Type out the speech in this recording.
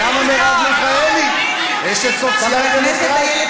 למה בוז'י הרצוג,